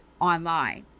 online